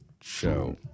show